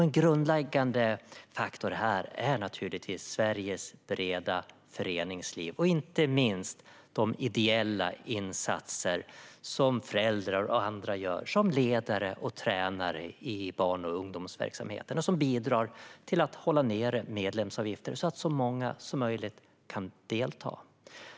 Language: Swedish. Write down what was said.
En grundläggande faktor är Sveriges breda föreningsliv och inte minst de ideella insatser som föräldrar och andra gör som ledare och tränare i barn och ungdomsverksamheten. Det bidrar till att hålla nere medlemsavgifter så att så många som möjligt kan delta.